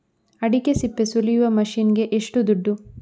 ಅಡಿಕೆ ಸಿಪ್ಪೆ ಸುಲಿಯುವ ಮಷೀನ್ ಗೆ ಏಷ್ಟು ದುಡ್ಡು?